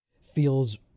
feels